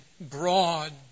broad